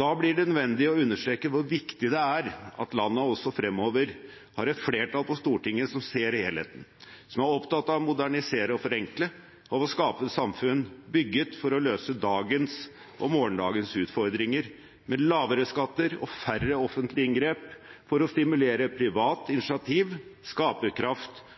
Da blir det nødvendig å understreke hvor viktig det er at landet også fremover har et flertall på Stortinget som ser helheten, som er opptatt av å modernisere og forenkle, og av å skape samfunn bygget for å løse dagens og morgendagens utfordringer med lavere skatter og færre offentlige inngrep for å stimulere privat initiativ, skaperkraft